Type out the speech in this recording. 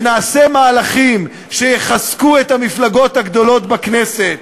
ונעשה מהלכים שיחזקו את המפלגות הגדולות בכנסת,